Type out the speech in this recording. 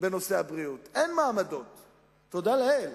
בנושא הבריאות, תודה לאל.